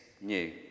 new